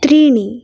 त्रीणि